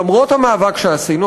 למרות המאבק שעשינו,